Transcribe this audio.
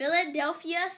philadelphia